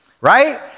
Right